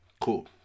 Cool